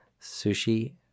sushi